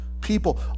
people